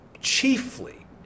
chiefly